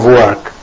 work